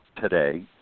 today